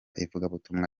ivugabutumwa